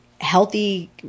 healthy